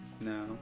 No